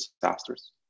disasters